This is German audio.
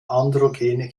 androgene